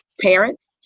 parents